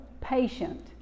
patient